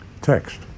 text